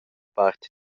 part